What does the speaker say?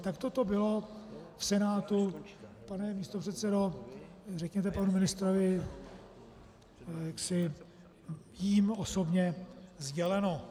Takto to bylo v Senátu pane místopředsedo, řekněte panu ministrovi jím osobně sděleno.